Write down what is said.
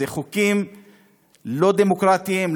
אלה חוקים לא דמוקרטיים,